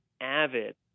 avid